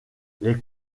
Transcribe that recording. les